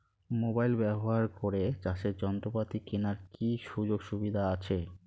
Mobile ব্যবহার করে চাষের যন্ত্রপাতি কেনার কি সুযোগ সুবিধা আছে?